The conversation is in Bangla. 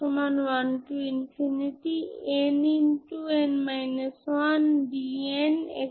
সুতরাং বাউন্ডারি কন্ডিশনগুলি হওয়া উচিত এই self adjoint singular Sturm Liouville পদ্ধতিতে বাউন্ডারি কন্ডিশনগুলি কী